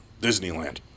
Disneyland